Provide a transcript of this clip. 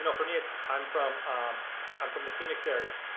you know for me, it's i'm from um um from the phoenix area.